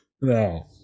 No